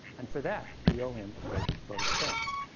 and for that, we owe him a great vote of thanks.